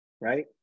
right